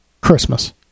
Christmas